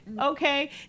okay